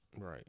Right